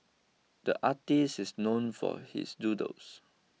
the artist is known for his doodles